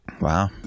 Wow